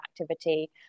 activity